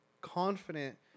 confident